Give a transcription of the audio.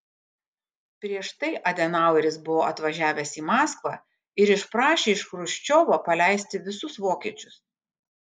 prieš tai adenaueris buvo atvažiavęs į maskvą ir išprašė iš chruščiovo paleisti visus vokiečius